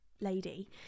lady